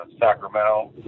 Sacramento